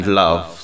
love